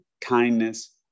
kindness